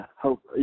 hope